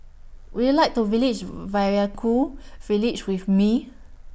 Would YOU like to Village Vaiaku Village with Me